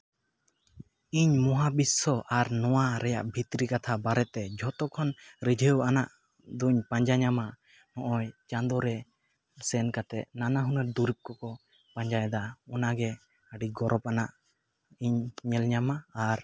ᱤᱧ ᱢᱚᱦᱟ ᱵᱤᱥᱥᱚ ᱟᱨ ᱱᱚᱣᱟ ᱨᱮᱭᱟᱜ ᱵᱷᱤᱛᱨᱤ ᱠᱟᱛᱷᱟ ᱵᱟᱨᱦᱮ ᱛᱮ ᱡᱷᱚᱛᱚ ᱠᱷᱚᱱ ᱨᱤᱡᱷᱟᱹᱣ ᱟᱱᱟᱜ ᱫᱩᱧ ᱯᱟᱸᱡᱟ ᱧᱟᱢᱟ ᱦᱚᱸᱜᱼᱚᱭ ᱪᱟᱸᱫᱚ ᱨᱮ ᱥᱮᱱ ᱠᱟᱛᱮ ᱱᱟᱱᱟᱦᱩᱱᱟᱹᱨ ᱫᱩᱨᱤᱵᱽ ᱠᱚᱠᱚ ᱯᱟᱸᱡᱟᱭᱮᱫᱟ ᱚᱱᱟ ᱜᱮ ᱟᱹᱰᱤ ᱜᱚᱨᱚᱵᱟᱱᱟᱜ ᱤᱧ ᱧᱮᱞ ᱧᱟᱢᱟ ᱟᱨ